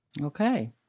Okay